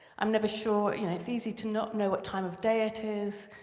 i'm never sure you know, it's easy to not know what time of day it is,